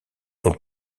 ont